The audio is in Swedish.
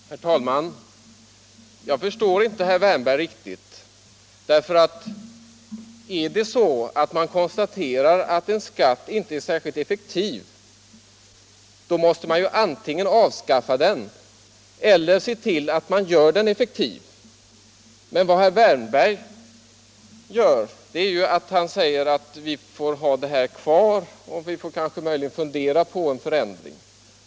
Herr talman! Jag förstår inte herr Wärnberg riktigt. Om man konstaterar att en skatt inte är särskilt effektiv, då måste man ju antingen avskaffa den eller se till att man gör den effektiv. Men herr Wärnberg säger att vi får ha det här kvar, och vi får möjligen fundera på en förändring.